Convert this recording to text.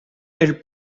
elle